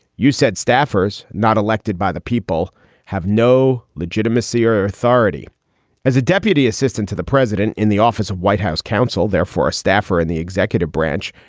you said staffers not elected by the people have no legitimacy or authority as a deputy assistant to the president in the office of white house counsel. therefore, a staffer in the executive branch.